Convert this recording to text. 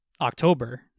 October